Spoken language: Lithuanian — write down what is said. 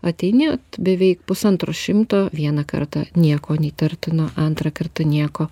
ateini beveik pusantro šimto vieną kartą nieko įtartino antrą kartą nieko